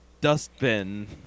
dustbin